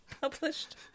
Published